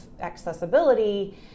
accessibility